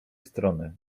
strony